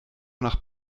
nach